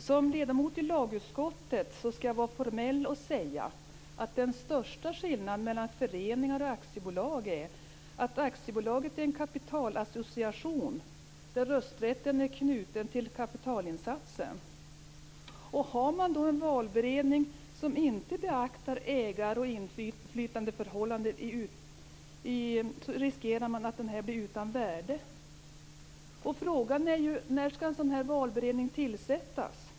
Herr talman! Jag skall som ledamot av lagutskottet vara formell och säga att den största skillnaden mellan föreningar och aktiebolag är att aktiebolaget är en kapitalassociation där rösträtten är knuten till kapitalinsatsen. Har man en valberedning som inte beaktar ägar och inflytandeförhållanden, riskerar man att denna insats blir utan värde. Frågan är när en sådan här valberedning skall tillsättas.